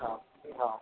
हो हो